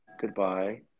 goodbye